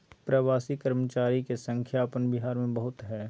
प्रवासी कर्मचारी के संख्या अपन बिहार में बहुत हइ